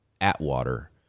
Atwater